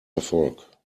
erfolg